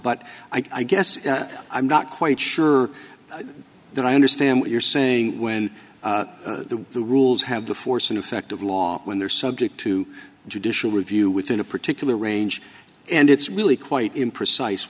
but i guess i'm not quite sure that i understand what you're saying when the rules have the force and effect of law when they're subject to judicial review within a particular range and it's really quite imprecise